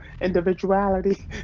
Individuality